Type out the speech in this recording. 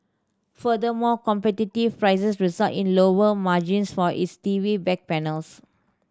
furthermore competitive prices resulted in lower margins for its T V back panels